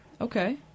Okay